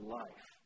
life